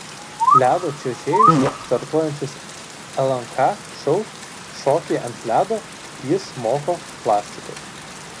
ledo čiuožėjus startuosiančius lnk šou šokiai ant ledo jis moko plastikos